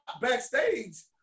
backstage